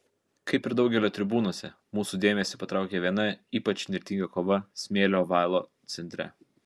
kaip ir daugelio tribūnose mūsų dėmesį patraukia viena ypač įnirtinga kova smėlio ovalo centre